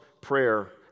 prayer